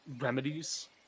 remedies